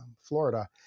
Florida